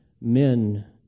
men